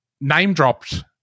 name-dropped